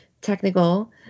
technical